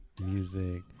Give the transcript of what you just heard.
music